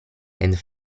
and